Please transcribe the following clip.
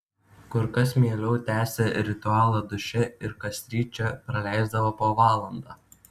kur kas mieliau tęsė ritualą duše ir kasryt čia praleisdavo po valandą